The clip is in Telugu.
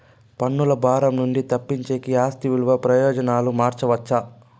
పన్నుల భారం నుండి తప్పించేకి ఆస్తి విలువ ప్రయోజనాలు మార్చవచ్చు